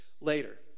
later